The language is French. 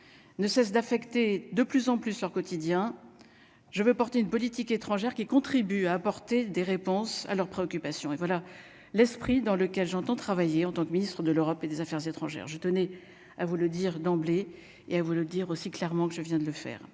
ne cesse d'affecter, de plus en plus leur quotidien, je veux porter une politique étrangère qui contribue à apporter des réponses à leurs préoccupations et voilà l'esprit dans lequel j'entends travailler en tant que Ministre de l'Europe et des Affaires étrangères, je tenais à vous le dire d'emblée, et à vous le dire aussi clairement que je viens de le faire